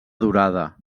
durada